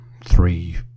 three